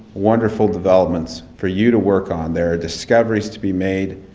wonderful developments for you to work on. there are discoveries to be made.